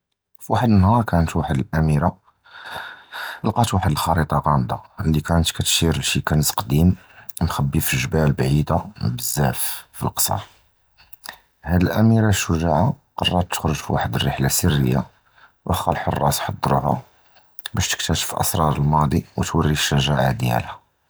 פִוַחַד נַהָאר קִנְת וְחַד הָאמִירָה אַה אַה לְקַאת וְחַד הַחְרִיטַה גַּאמְדָה לִי קִנְת קִתְשִיר לִי קִנְר קְדִים מְחַבִּי פַלְגְבָּאל בְּעִידָה בְזַאפ פַלְקַסְר, הַדֶא הָאמִירָה הַשְּגַ'אגָה קַרְרְת תְּחְרְג פִוַחַד הַרְחְלָה סִרִיָּה וְאַחְוָא הַחֻרַאס חַדְרוּהָ בַּאש תִּכְתַשְפְּש אֲסְרַאר הַמַּאְדִי וְתּוּרִי הַשְּגַ'אגָה דִיַּלְהָא.